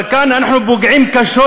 אבל כאן אנחנו פוגעים קשות,